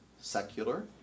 secular